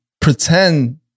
pretend